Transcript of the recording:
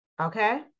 Okay